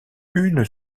une